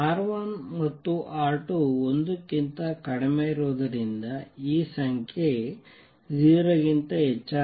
R1 ಮತ್ತು R2 1 ಕ್ಕಿಂತ ಕಡಿಮೆಯಿರುವುದರಿಂದ ಈ ಸಂಖ್ಯೆ 0 ಕ್ಕಿಂತ ಹೆಚ್ಚಾಗಿದೆ